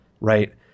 right